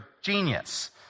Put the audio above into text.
genius